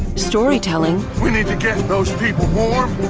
storytelling we need to get people warm